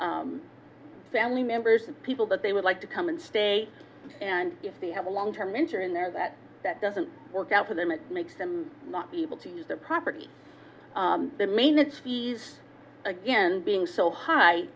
have family members and people that they would like to come and stay and if they have a long term injury and there that that doesn't work out for them it makes them not be able to use the property the maintenance fees again being so high